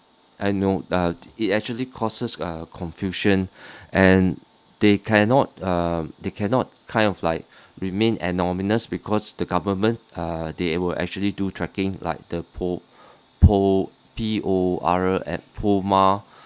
I know uh it actually causes uh confusion and they cannot um they cannot kind of like remain anonymous because the government uh they would actually do tracking like the po~ po~ P O R at P_O_F_M_A